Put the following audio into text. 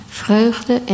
vreugde